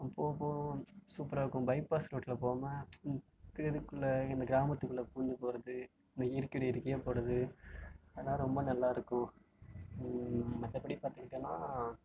போக போக சூப்பராக இருக்கும் பைபாஸ் ரோட்டில் போனா தெருக்குள்ளே இந்த கிராமத்துக்குள்ளே பூந்து போகிறது இந்த இயற்கையோட இயற்கையாக போகிறது அதெலாம் ரொம்ப நல்லாயிருக்கும் மற்றபடி பார்த்துக்கிட்டனா